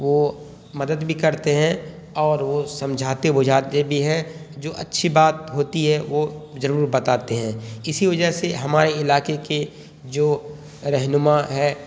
وہ مدد بھی کرتے ہیں اور وہ سمجھاتے بجھاتے بھی ہیں جو اچھی بات ہوتی ہے وہ ضرور بتاتے ہیں اسی وجہ سے ہمارے علاقے کے جو رہنما ہے